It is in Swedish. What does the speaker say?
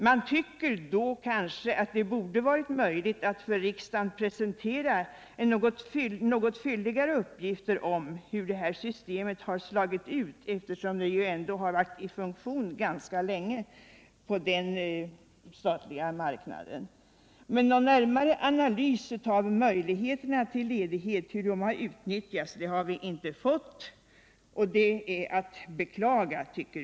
Man tycker då att det borde ha varit möjligt att för riksdagen presentera något fylligare uppgifter om hur systemet har slagit ut, eftersom det ju varit i funktion ganska länge på den statliga arbetsmarknaden. Men någon närmare analys av hur möjligheterna till ledighet utnyttjats har vi inte fått, och det är att beklaga.